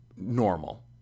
normal